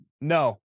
No